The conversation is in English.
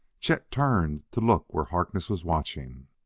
chet turned, to look where harkness was watching.